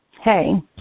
hey